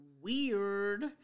weird